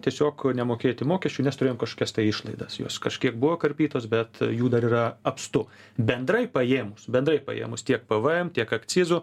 tiesiog nemokėti mokesčių nes turėjom kažkas tai išlaidas jos kažkiek buvo karpytos bet jų dar yra apstu bendrai paėmus bendrai paėmus tiek pvm tiek akcizų